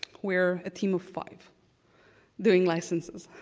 we're a team of five doing licenses.